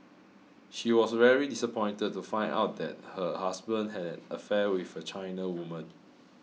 she was very disappointed to find out that her husband had an affair with a China woman